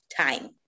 time